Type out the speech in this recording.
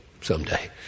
someday